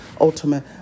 ultimate